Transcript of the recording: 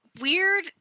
weird